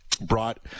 brought